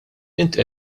inti